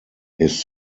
his